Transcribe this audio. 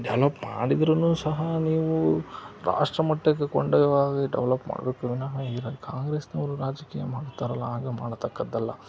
develop ಮಾಡಿದ್ರೂ ಸಹ ನೀವು ರಾಷ್ಟ್ರಮಟ್ಟಕ್ಕೆ ಕೊಂಡೊಯ್ಯುವಾಗೆ ಡೆವಲಪ್ ಮಾಡಬೇಕು ವಿನಹ ಈಗ ಕಾಂಗ್ರೆಸ್ನವರು ರಾಜಕೀಯ ಮಾಡ್ತಾರಲ್ಲ ಹಾಗೆ ಮಾಡತಕ್ಕದ್ದಲ್ಲ